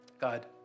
God